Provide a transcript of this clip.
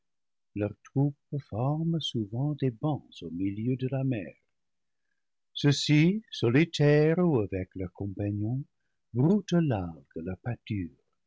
leurs troupes forment souvent des bancs au milieu de la mer ceux-ci solitaires ou avec leurs compagnons broutent l'algue leur pâture